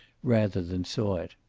rather than saw it.